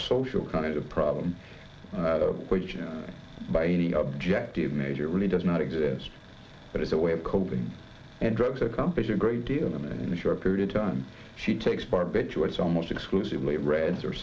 social kind of problem which you know by any objective measure really does not exist but it's a way of coping and drugs accomplish a great deal in the short period of time she takes barbiturates almost exclusively re